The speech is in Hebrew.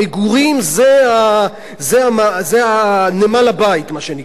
המגורים זה נמל הבית, מה שנקרא.